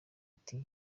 ati